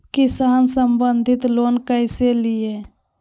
किसान संबंधित लोन कैसै लिये?